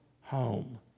home